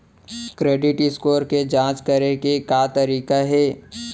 Credit score के जाँच करे के का तरीका हे?